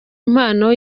impano